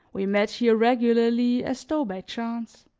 we met here regularly as though by chance.